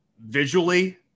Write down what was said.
visually